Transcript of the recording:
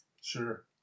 Sure